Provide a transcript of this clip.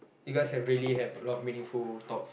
you guys have really have a lot of meaningful talks